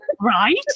right